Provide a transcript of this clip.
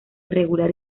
irregular